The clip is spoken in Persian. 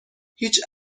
هیچ